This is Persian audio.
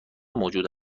موجود